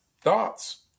thoughts